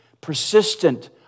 persistent